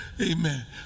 Amen